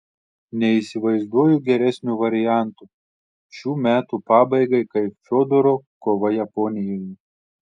neįsivaizduoju geresnio varianto šių metų pabaigai kaip fiodoro kova japonijoje